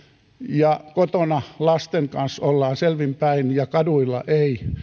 ja kotona lasten kanssa ollaan selvin päin ja kaduilla ei